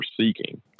seeking